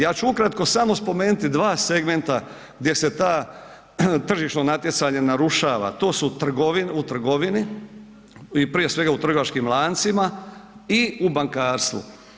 Ja ću ukratko samo spomenuti dva segmenta gdje se to tržišno natjecanje narušava, to su u trgovini i prije svega u trgovačkim lancima i u bankarstvu.